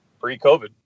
pre-covid